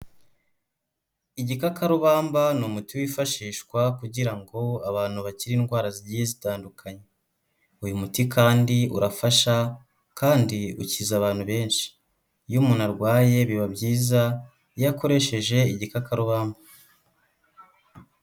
Igikakarubamba ni umuti wifashishwa kugira ngo abantu bakire indwara zigiye zitandukanye , uyu muti kandi urafasha kandi ukiza abantu benshi iy' umuntu arwaye biba byiza iyo akoresheje igikakarubamba.